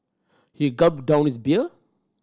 he gulped down his beer